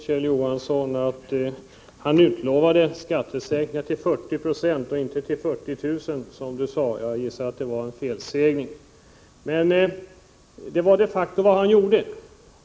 Herr talman! Bengt Westerberg utlovade skattesänkningar ned till 40 90 och inte till 40 000, som Kjell Johansson sade — jag gissar att det var en felsägning. Men det var de facto vad han gjorde.